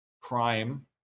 crime